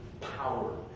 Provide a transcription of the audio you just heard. power